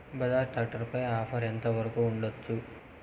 Bajaj tractor పై offer ఎంత వరకు ఉండచ్చు?